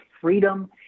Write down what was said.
freedom